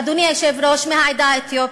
אדוני היושב-ראש, מהעדה האתיופית.